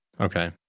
Okay